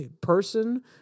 person